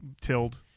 tilled